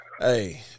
Hey